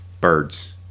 Birds